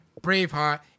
Braveheart